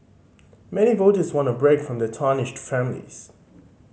many voters want a break from the tarnished families